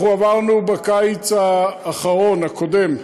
אנחנו עברנו בקיץ הקודם,